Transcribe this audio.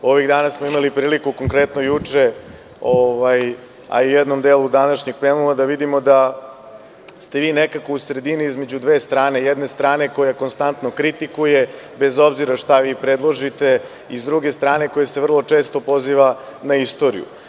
Ovih dana smo imali priliku konkretno juče, a i u jednom delu današnjeg plenuma da vidimo da ste vi nekako u sredini između dve strane, jedne strane koja konstantno kritikuje bez obzira šta vi predložite i s druge strane, koje se vrlo često poziva na istoriju.